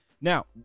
Now